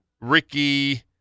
Ricky